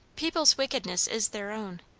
people's wickedness is their own.